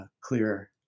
clearer